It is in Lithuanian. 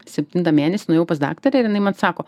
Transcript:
septintą mėnesį nuėjau pas daktarę ir jinai man sako